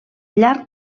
llarg